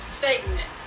statement